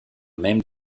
même